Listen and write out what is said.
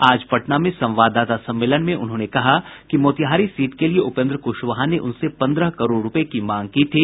आज पटना में संवाददाता सम्मेलन में उन्होंने कहा कि मोतिहारी सीट के लिए उपेन्द्र कुशवाहा ने उनसे पन्द्रह करोड़ रूपये की मांग की थी